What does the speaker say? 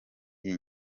iyi